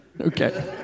Okay